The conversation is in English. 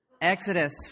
Exodus